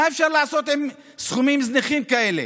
מה אפשר לעשות עם סכומים זניחים כאלה?